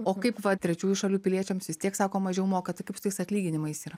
o kaip va trečiųjų šalių piliečiams vis tiek sako mažiau moka tai kaip su tais atlyginimais yra